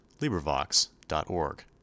LibriVox.org